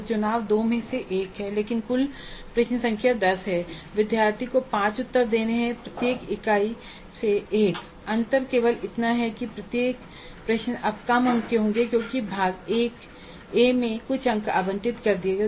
तो चुनाव 2 में से 1 है लेकिन कुल प्रश्न संख्या 10है विद्यार्थी को 5 उत्तर देने हैं प्रत्येक इकाई से 1 अंतर केवल इतना है कि प्रत्येक प्रश्न में अब कम अंक होंगे क्योंकि भाग ए को कुछ अंक आवंटित किए गए हैं